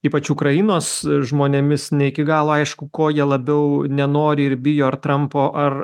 ypač ukrainos žmonėmis ne iki galo aišku ko jie labiau nenori ir bijo ar trampo ar